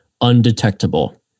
undetectable